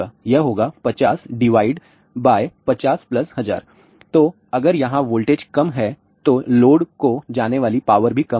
यह होगा 50 501000 तो अगर यहां वोल्टेज कम है तो लोड को जाने वाली पावर भी कम होगी